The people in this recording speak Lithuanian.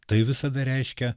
tai visada reiškia